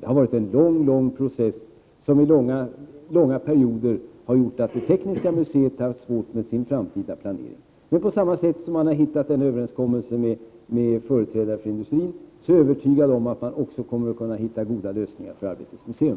Det har varit en långvarig process som under långa perioder gjort att Tekniska museet haft svårt med sin planering inför framtiden. Jag är emellertid övertygad om att man kommer att kunna hitta goda lösningar för Arbetets museum, på samma sätt som man har kommit till en överenskommelse med företrädare för industrin när det gäller Tekniska museet.